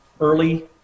early